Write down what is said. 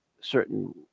certain